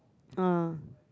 oh